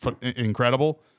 incredible